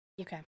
okay